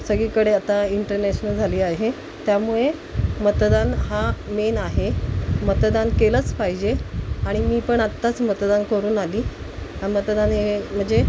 सगळीकडे आता इंटरनॅशनल झाली आहे त्यामुळे मतदान हा मेन आहे मतदान केलंच पाहिजे आणि मी पण आत्ताच मतदान करून आली हा मतदान हे म्हणजे